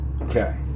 Okay